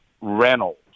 Reynolds